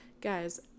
Guys